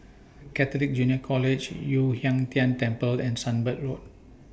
Catholic Junior College Yu Huang Tian Temple and Sunbird Road